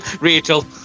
rachel